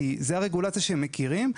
כי זו הרגולציה שהם מכירים,